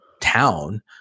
town